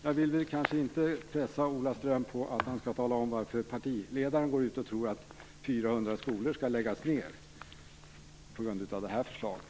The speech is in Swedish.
Jag vill inte pressa Ola Ström till att tala om varför partiledaren tror att 400 skolor skall läggas ned på grund av det här förslaget.